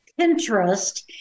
Pinterest